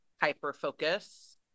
hyper-focus